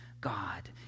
God